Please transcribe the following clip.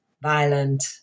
violent